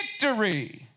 victory